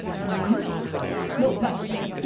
and go no not this one